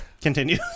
Continue